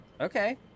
Okay